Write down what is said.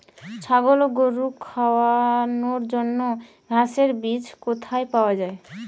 ছাগল ও গরু খাওয়ানোর জন্য ঘাসের বীজ কোথায় পাওয়া যায়?